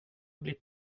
blir